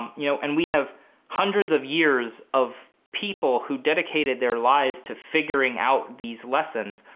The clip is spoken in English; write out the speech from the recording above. um you know and we have hundreds of years of people who dedicated their lives to figuring out these lessons.